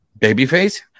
Babyface